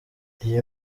iyi